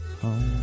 home